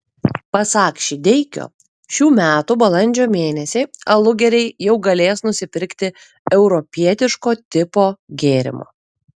pasak šydeikio šių metų balandžio mėnesį alugeriai jau galės nusipirkti europietiško tipo gėrimo